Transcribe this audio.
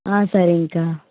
ஆ சரிங்கக்கா